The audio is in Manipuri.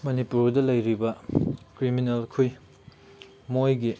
ꯃꯅꯤꯄꯨꯔꯗ ꯂꯩꯔꯤꯕ ꯀ꯭ꯔꯤꯃꯤꯅꯦꯜꯈꯣꯏ ꯃꯣꯏꯒꯤ